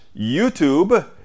YouTube